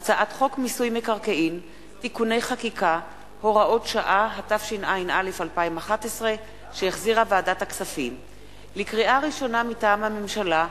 התרבות והספורט ולוועדה לקידום מעמד האשה,